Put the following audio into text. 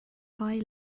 guy